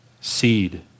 Seed